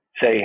Say